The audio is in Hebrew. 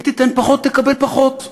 אם תיתן פחות תקבל פחות,